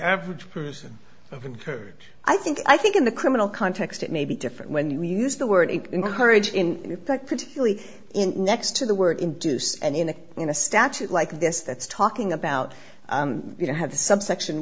average person and her i think i think in the criminal context it may be different when you use the word encourage in fact particularly in next to the word induce and in a in a statute like this that's talking about you know have the subsection